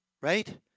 right